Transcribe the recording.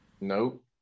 Nope